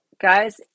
guys